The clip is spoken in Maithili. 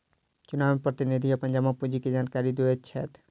चुनाव में प्रतिनिधि अपन जमा पूंजी के जानकारी दैत छैथ